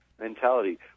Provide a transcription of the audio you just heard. mentality